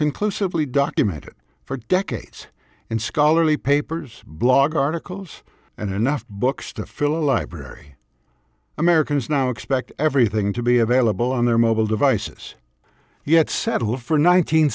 conclusively documented for decades and scholarly papers blog articles and enough books to fill a library americans now expect everything to be available on their mobile devices yet settle for nineteen